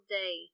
day